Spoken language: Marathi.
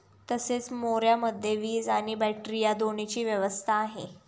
तसेच मोऱ्यामध्ये वीज आणि बॅटरी या दोन्हीची व्यवस्था आहे